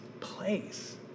place